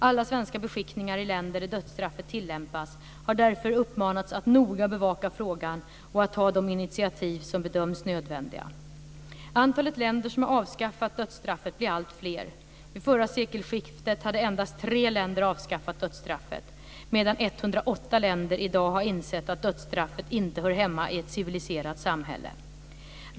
Alla svenska beskickningar i länder där dödsstraffet tilllämpas har därför uppmanats att noga bevaka frågan och att ta de initiativ som bedöms nödvändiga. Antalet länder som har avskaffat dödsstraffet blir alltfler. Vid förra sekelskiftet hade endast tre länder avskaffat dödsstraffet, medan 108 länder i dag har insett att dödsstraffet inte hör hemma i ett civiliserat samhälle.